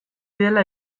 dela